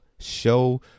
Show